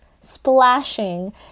splashing